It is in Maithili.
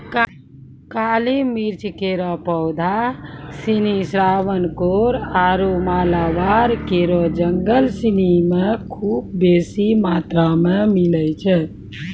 काली मिर्च केरो पौधा सिनी त्रावणकोर आरु मालाबार केरो जंगल सिनी म खूब बेसी मात्रा मे मिलै छै